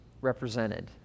represented